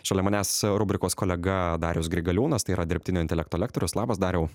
šalia manęs rubrikos kolega darius grigaliūnas tai yra dirbtinio intelekto lektorius labas dariau